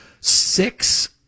Six